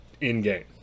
in-game